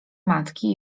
matki